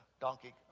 donkey